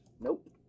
Nope